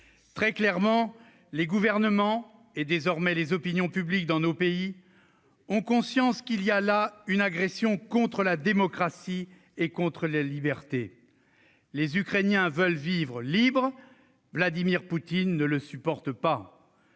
Très clairement, les gouvernements et, désormais, les opinions publiques de nos pays ont conscience qu'il s'agit d'une agression contre la démocratie et contre la liberté. Les Ukrainiens veulent vivre libres : Vladimir Poutine ne le supporte pas.